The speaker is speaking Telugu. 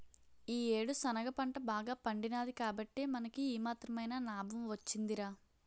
ఈ యేడు శనగ పంట బాగా పండినాది కాబట్టే మనకి ఈ మాత్రమైన నాబం వొచ్చిందిరా